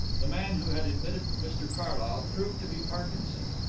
the man who had admitted mr carlyle proved to be parkinson.